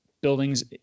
buildings